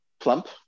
plump